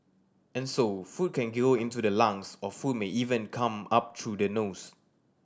and so food can go into the lungs or food may even come up through the nose